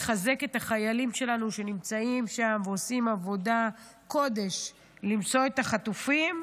לחזק את החיילים שלנו שנמצאים שם ועושים עבודת קודש למצוא את החטופים.